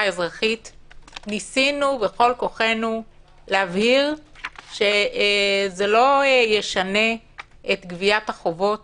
ניסינו בכל כוחנו להבהיר שזה לא ישנה את גביית החובות